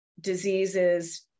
diseases